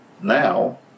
now